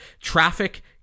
Traffic